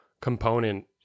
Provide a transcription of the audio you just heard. component